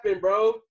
bro